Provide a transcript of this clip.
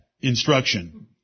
instruction